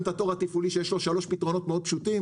את התור התפעולי ויש לו שלושה פתרונות מאוד פשוטים,